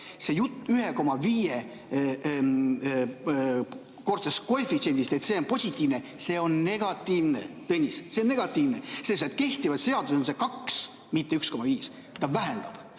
jutt 1,5‑kordsest koefitsiendist, et see on positiivne – see on negatiivne. Tõnis, see on negatiivne, sest kehtivas seaduses on see 2, mitte 1,5. Ta vähendab.